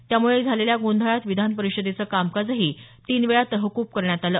त्यामुळे झालेल्या गोंधळात विधान परिषदेचं कामकाजही तीनवेळा तहकूब करण्यात आलं